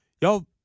y'all